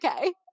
okay